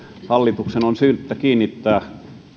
hallituksen on syytä kiinnittää